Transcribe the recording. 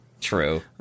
true